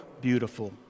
beautiful